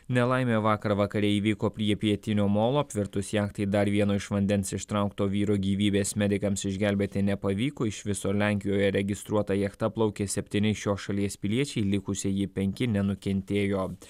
nelaimė vakar vakare įvyko prie pietinio molo apvirtus jachtai dar vieno iš vandens ištraukto vyro gyvybės medikams išgelbėti nepavyko iš viso lenkijoje registruota jachta plaukė septyni šios šalies piliečiai likusieji penki nenukentėjo